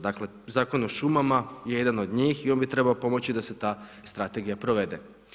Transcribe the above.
Dakle Zakon o šumama je jedan od njih i on bi trebao pomoći da se ta strategija provede.